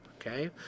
okay